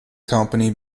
company